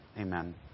amen